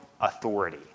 authority